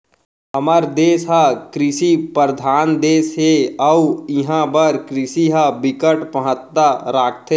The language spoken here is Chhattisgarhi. हमर देस ह कृषि परधान देस हे अउ इहां बर कृषि ह बिकट महत्ता राखथे